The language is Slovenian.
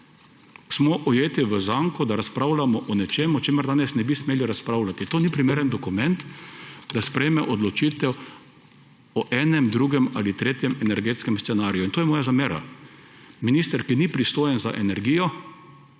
Smo ujeti v zanko, da razpravljamo o nečem, o čemer danes ne bi smeli razpravljati. To ni primeren dokument, da sprejme odločitev o enem, drugem ali tretjem energetskem scenariju; in to je moja zamera. Minister, ki ni pristojen za energijo,